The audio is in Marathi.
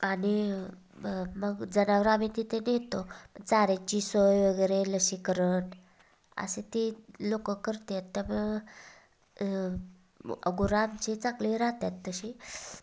आणि मग मग जनावरं आम्ही तिथे नेतो चाऱ्याची सोय वगैरे लसीकरण असं ते लोकं करतात त्यामुळं गुरं आमची चांगली राहतात तशी